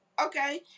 Okay